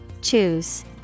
Choose